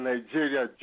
Nigeria